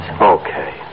Okay